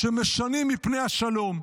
שמשנים מפני השלום.